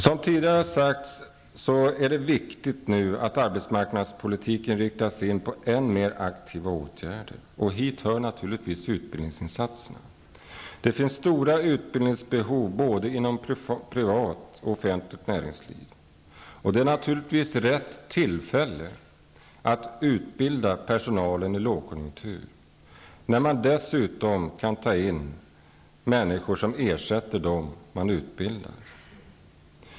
Som tidigare har sagts är det nu viktigt att arbetsmarknadspolitiken inriktas på ännu aktivare åtgärder. Hit hör naturligtvis utbildningsinsatserna. Behovet av utbildning är stort både inom privat och inom offentligt näringsliv. Givetvis är det rätt tillfälle att utbilda personalen när det är lågkonjunktur. Dessutom kan man då ta in människor som ersätter dem som får utbildning.